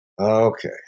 Okay